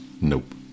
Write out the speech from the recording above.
Nope